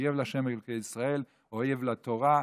אויב לה' אלוקי ישראל, אויב לתורה,